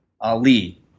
Ali